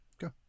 Go